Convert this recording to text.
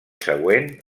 següent